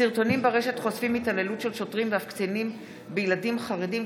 סרטונים ברשת חושפים התעללות של שוטרים ואף קצינים בילדים חרדים,